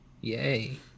Yay